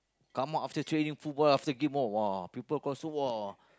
come up after training football after game all !wah! people call so !wah!